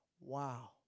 wow